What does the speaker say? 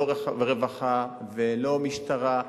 לא רווחה ולא משטרה.